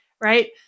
Right